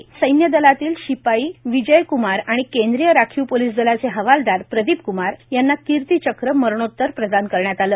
या सैन्य दलातले शिपाई विजय क्मार आणि केंद्रीय राखीव पोलीस दलाचे हवालदार प्रदीप क्मार यांना कीर्ती चक्र मरणोत्तर प्रदान करण्यात आलं